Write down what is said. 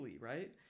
right